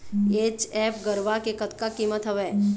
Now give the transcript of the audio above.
HF गरवा के कतका कीमत हवए?